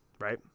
Right